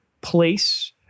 place